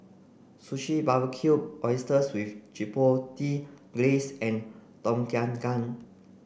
Sushi Barbecued Oysters with Chipotle Glaze and Tom Kha Gai